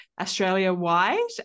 Australia-wide